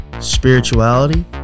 spirituality